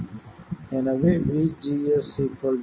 எனவே vGS vi